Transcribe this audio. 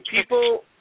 people